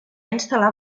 instal·lar